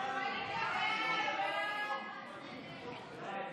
הניקיון (הוראת שעה) (תיקון מס'